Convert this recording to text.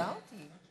בשעה